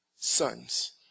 sons